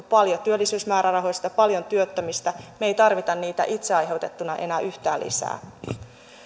paljon työllisyysmäärärahoista paljon työttömistä me emme tarvitse niitä itse aiheutettuna enää yhtään lisää